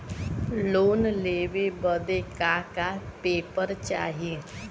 Loan लेवे बदे का का पेपर चाही?